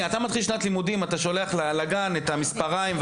אתה שולח לגן את המספריים,